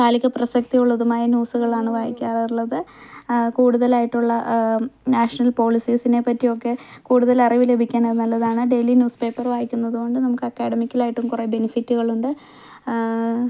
കാലിക പ്രസക്തിയുള്ളതുമായ ന്യൂസുകൾ ആണ് വായിക്കാറുള്ളത് കൂടുതലായിട്ടുള്ള നാഷണൽ പോളിസീസിനെ പറ്റി ഒക്കെ കൂടുതൽ അറിവ് ലഭിക്കാൻ നല്ലതാണ് ഡെയിലി ന്യൂസ് പേപ്പർ വായിക്കുന്നതുകൊണ്ട് നമുക്ക് അക്കാദമിക്കൽ ആയിട്ടും കുറേ ബെനിഫിറ്റുകൾ ഉണ്ട്